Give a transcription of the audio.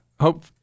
hope